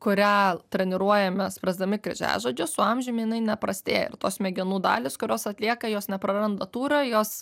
kurią treniruojam mes spręsdami kryžiažodžius su amžiumi jinai neprastėja tos smegenų dalys kurios atlieka jos nepraranda tūrio jos